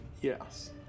Yes